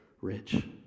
rich